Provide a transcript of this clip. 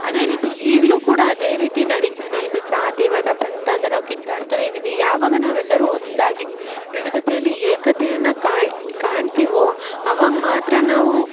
ಅದೇ ರೀತಿ ಈಗಲೂ ಕೂಡ ಅದೇ ರೀತಿ ನಡೀತ ಇದೆ ಜಾತಿ ಮತ ಪಂಥ ಅಂದರೆ ನಾವು ಕಿತ್ತಾಡ್ತನೆ ಇದೀವಿ ಯಾವಾಗ ನಾವು ಎಲ್ಲರೂ ಒಂದಾಗಿ ವಿವಿಧತೆಯಲ್ಲಿ ಏಕತೆಯನ್ನು ಕಾಣ್ತಾ ಕಾಣ್ತೀವೊ ಅವಾಗ್ ಮಾತ್ರ ನಾವು